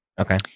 Okay